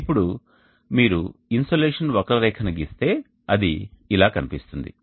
ఇప్పుడు మీరు ఇన్సోలేషన్ వక్రరేఖను గీస్తే అది ఇలా కనిపిస్తుంది